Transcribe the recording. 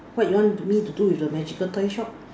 what you want me to do with the magical toy shop